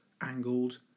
angled